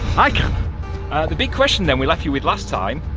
i can the big question then we left you with last time.